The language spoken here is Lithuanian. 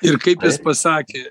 ir kaip jis pasakė